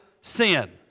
sin